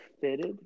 fitted